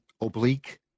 Oblique